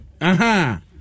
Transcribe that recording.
Aha